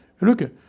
Look